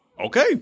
Okay